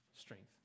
strength